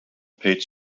paid